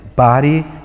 Body